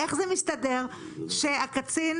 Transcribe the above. איך זה מסתדר שהקצין,